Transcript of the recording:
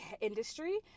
industry